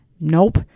nope